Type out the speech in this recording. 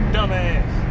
Dumbass